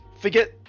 forget